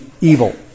evil